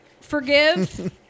forgive